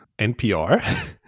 NPR